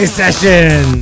session